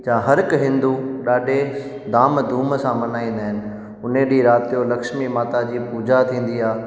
जा हर हिकु हिंदु ॾाढे धाम धूम सां मल्हाईंदा अहिनि उन ॾींहुं राति जो लक्ष्मी माता जी पूजा थींदी आहे